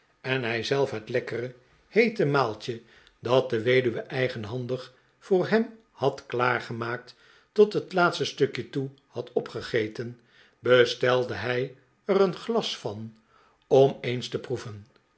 en hij zelf het lekkere heete maaltje dat de weduwe eigenhandig voor hem had klaargemaakt tot het laatste stukje toe had opgegeten bestelde hij er een glas van om eens te proeven